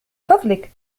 فضلك